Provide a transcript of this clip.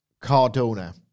Cardona